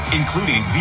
including